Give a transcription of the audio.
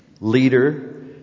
leader